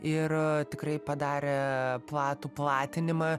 ir tikrai padarė platų platinimą